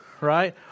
right